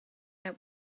out